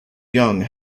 young